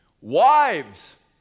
Wives